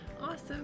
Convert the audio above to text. awesome